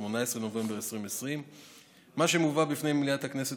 18 בנובמבר 2020. מה שמובא בפני מליאת הכנסת